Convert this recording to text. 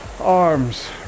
Arms